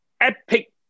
epic